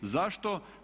Zašto?